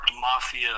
Mafia